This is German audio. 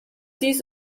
dies